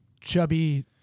chubby